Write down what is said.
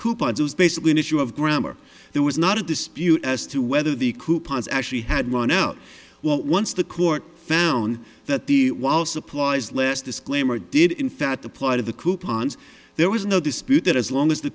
those basically an issue of grammar there was not a dispute as to whether the coupons actually had won out once the court found that the while supplies last disclaimer did in fact the part of the coupons there was no dispute that as long as the